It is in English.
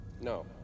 no